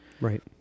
right